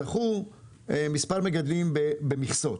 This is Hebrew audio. זכו מספר מגדלים במכסות.